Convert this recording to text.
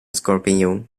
skorpion